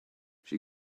she